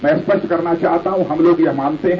मैं स्पष्ट करना चाहते है हम लोग यह मानते हैं